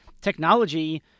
Technology